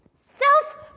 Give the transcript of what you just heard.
Self